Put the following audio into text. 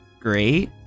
great